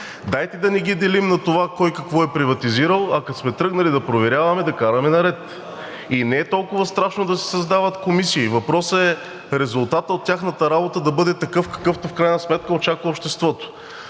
Дайте да не ги делим на това кой какво е приватизирал, а като сме тръгнали да проверяваме, да караме наред. И не е толкова страшно да се създават комисии. Въпросът е резултатът от тяхната работа да бъде такъв, какъвто в крайна сметка очаква обществото.